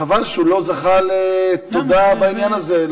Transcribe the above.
חבל שהוא לא זכה לתודה בעניין הזה.